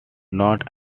not